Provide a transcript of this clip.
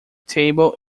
table